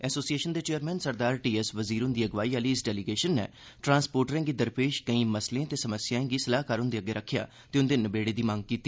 association दे chairman Sardar T S Wazir हुंदी अगुवाई आहली इस डेलीगेशन नै ट्रांसपोर्टरें गी दरपेश कोई मसलें ते समस्याएँ गी सलाहकार हुंदे रक्खेआ ते उंदे नबेड़े दी मंग बी कीती